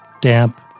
damp